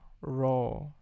raw